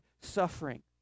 suffering